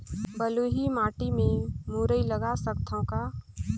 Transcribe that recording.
बलुही माटी मे मुरई लगा सकथव का?